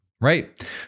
right